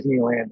disneyland